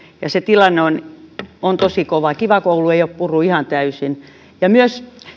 ja se tilanne on on tosi kova kiva koulu ei ole purrut ihan täysin myös